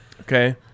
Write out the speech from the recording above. Okay